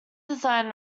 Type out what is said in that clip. design